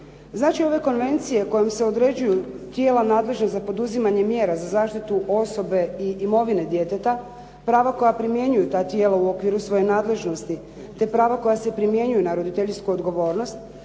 Znači ove konvencije kojima se određuju tijela nadležna za poduzimanje mjera za zaštitu osobe i imovine djeteta, prava koja primjenjuju ta tijela u okviru svoje nadležnosti te prava koja se primjenjuju na roditeljsku odgovornost,